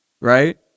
Right